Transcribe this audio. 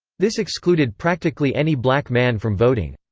this excluded practically any black man from voting.